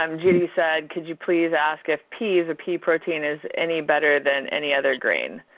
um judy said, could you please ask if peas or pea protein is any better than any other grain?